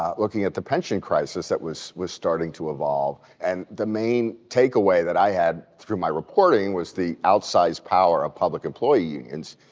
looking at the pension crisis that was was starting to evolve. and the main takeaway that i had through my reporting was the outsized power of public employee unions,